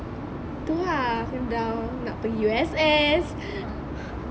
tu ah dah nak pergi U_S_S